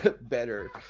better